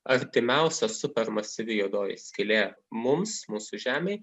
artimiausia super masyvi juodoji skylė mums mūsų žemei